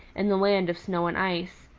in the land of snow and ice.